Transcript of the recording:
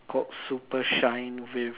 called super shine with